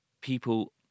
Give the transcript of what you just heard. people